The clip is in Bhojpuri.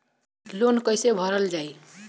लोन कैसे भरल जाइ?